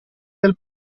del